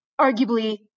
arguably